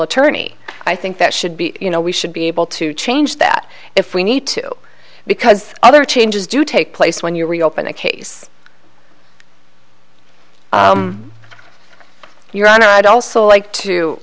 attorney i think that should be you know we should be able to change that if we need to because other changes do take place when you reopen a case you're on i'd also like to